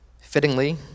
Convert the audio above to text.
Fittingly